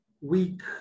week